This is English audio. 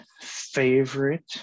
favorite